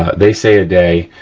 ah they say a day,